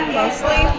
mostly